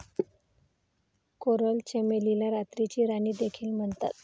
coral चमेलीला रात्रीची राणी देखील म्हणतात